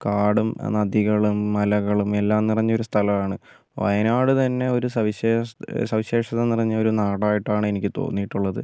കാടും നദികളും മലകളും എല്ലാം നിറഞ്ഞ ഒരു സ്ഥലമാണ് വയനാട് തന്നെ ഒരു സവിശേഷത സവിശേഷത നിറഞ്ഞ ഒരു നാടായിട്ടാണ് എനിക്ക് തോന്നിയിട്ടുള്ളത്